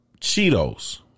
Cheetos